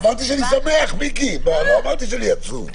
אמרתי שאני שמח, מיקי, לא אמרתי שאני עצוב.